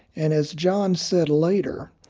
and as john said later,